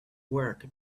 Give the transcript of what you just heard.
work